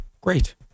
Great